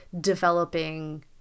developing